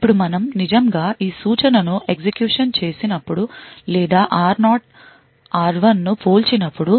ఇప్పుడు మనం నిజంగా ఈ సూచనను ఎగ్జిక్యూషన్ చేసినప్పుడు లేదా r0 r1 ను పోల్చినప్పుడు